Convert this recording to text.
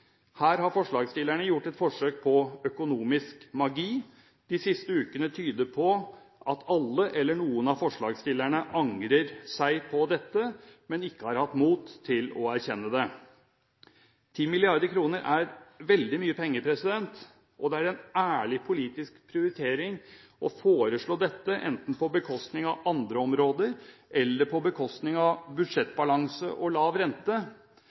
Her har forslagsstillerne gjort et forsøk på økonomisk magi. De siste ukene tyder på at alle, eller noen av forslagsstillerne, angrer seg på dette, men ikke har hatt mot til å erkjenne det. 10 mrd. kr er veldig mye penger. Det er en ærlig politisk prioritering å foreslå dette, enten på bekostning av andre områder eller på bekostning av budsjettbalanse og lav rente,